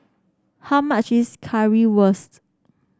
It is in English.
how much is Currywurst